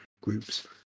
groups